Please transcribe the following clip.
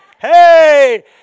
Hey